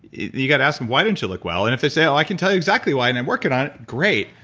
you got to ask them, why don't you look well? and if they say, oh, i can tell you exactly why and i'm working on it, great.